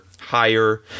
higher